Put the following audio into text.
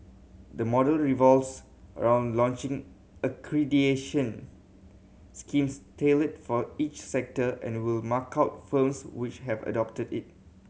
the model revolves around launching accreditation schemes tailored for each sector and will mark out firms which have adopted it